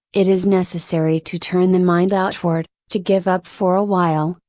it is necessary to turn the mind outward, to give up for a while,